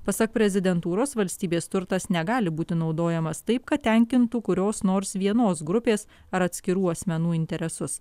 pasak prezidentūros valstybės turtas negali būti naudojamas taip kad tenkintų kurios nors vienos grupės ar atskirų asmenų interesus